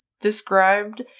described